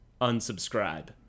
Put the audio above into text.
Unsubscribe